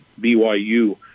BYU